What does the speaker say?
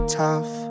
tough